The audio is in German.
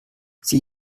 sie